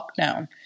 lockdown